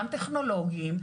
גם טכנולוגיים,